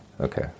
Okay